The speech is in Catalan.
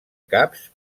caps